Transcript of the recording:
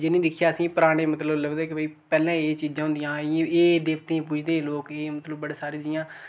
जि'नेंगी दिक्खियै असेंगी पराने मतलब लभदे कि भई पैह्ले एह् चीजां होन्दियां हियां एह् देवते गी पूजदे हे लोक एह् मतलब बड़े सारे जियां